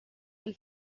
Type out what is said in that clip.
del